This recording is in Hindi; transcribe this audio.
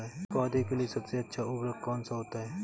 पौधे के लिए सबसे अच्छा उर्वरक कौन सा होता है?